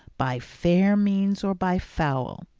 by fair means or by foul.